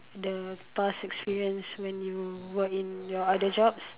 the past experience when you work in your other jobs